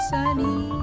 Sunny